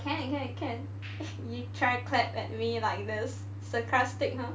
can can can you try clap at me like this sarcastic !huh!